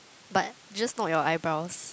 but just not your eyebrows